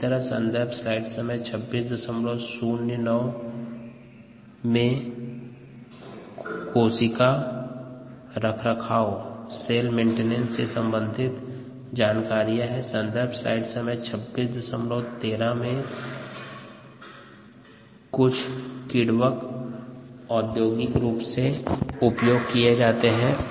कुछ किण्वक औद्योगिक रूप में उपयोग किए जाते हैं जो सन्दर्भ स्लाइड समय 2613 में दिए गए है